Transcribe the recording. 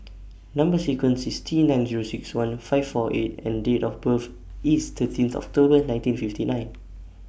Number sequence IS T nine Zero six one five four eight E and Date of birth IS thirteenth October nineteen fifty nine